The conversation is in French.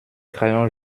crayon